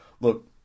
look